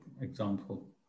example